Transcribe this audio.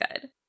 good